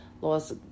lost